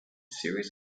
series